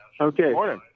Okay